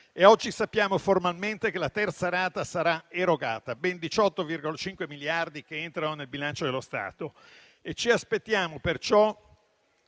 Oggi sappiamo formalmente che la terza rata sarà erogata, ben 18,5 miliardi che entrano nel bilancio dello Stato. Ci aspettiamo perciò,